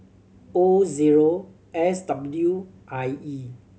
O zero S W I E